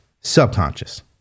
subconscious